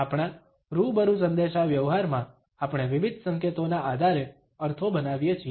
આપણા રૂબરૂ સંદેશાવ્યવહારમાં આપણે વિવિધ સંકેતોના આધારે અર્થો બનાવીએ છીએ